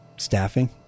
Staffing